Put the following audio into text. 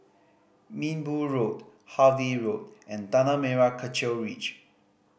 Minbu Road Harvey Road and Tanah Merah Kechil Ridge